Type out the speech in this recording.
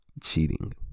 cheating